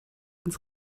ins